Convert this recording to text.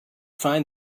find